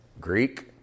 Greek